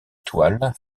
étoiles